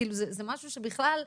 כאילו זה משהו שבכלל נשמע,